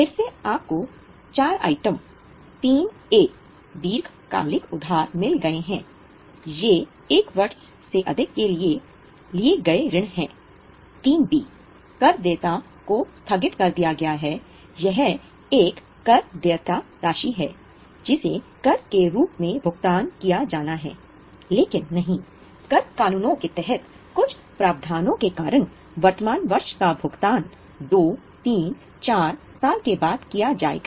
फिर से आपको चार आइटम कर देयता को स्थगित कर दिया गया है यह एक कर देयता राशि है जिसे कर के रूप में भुगतान किया जाना है लेकिन नहीं कर कानूनों के तहत कुछ प्रावधानों के कारण वर्तमान वर्ष का भुगतान 2 3 4 साल के बाद किया जाएगा